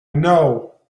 know